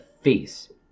face